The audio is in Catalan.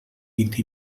vint